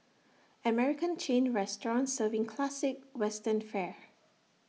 American chain restaurant serving classic western fare